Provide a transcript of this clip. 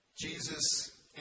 Jesus